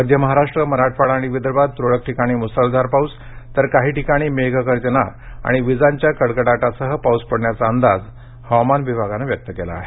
मध्य महाराष्ट्र मराठवाडा आणि विदर्भात तूरळक ठिकाणी मूसळधार पाऊस तर काही ठिकाणी मेघगर्जना आणि विजांच्या कडकडाटासह पाऊस पडण्याचा अंदाज हवामान विभागानं व्यक्त केला आहे